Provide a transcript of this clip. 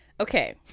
Okay